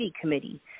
committee